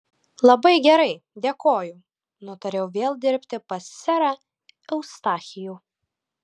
labai gerai dėkoju nutariau vėl dirbti pas serą eustachijų